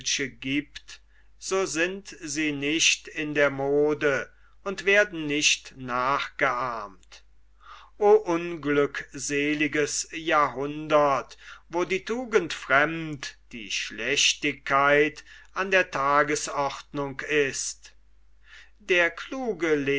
giebt so sind sie nicht in der mode und werden nicht nachgeahmt o unglückseliges jahrhundert wo die tugend fremd die schlechtigkeit an der tagesordnung ist der kluge